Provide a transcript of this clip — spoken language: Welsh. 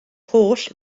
holl